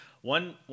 one